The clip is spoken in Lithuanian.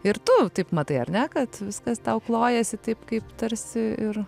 ir tu taip matai ar ne kad viskas tau klojasi taip kaip tarsi ir